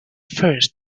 first